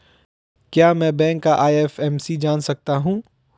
क्या मैं बैंक का आई.एफ.एम.सी जान सकता हूँ?